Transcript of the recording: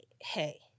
hey